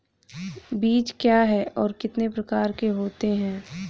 बीज क्या है और कितने प्रकार के होते हैं?